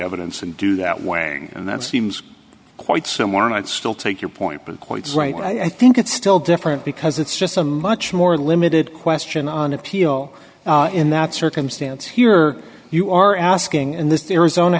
evidence and do that way and that seems quite somewhere and i'd still take your point but quite right i think it's still different because it's just a much more limited question on appeal in that circumstance here you are asking in this